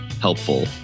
helpful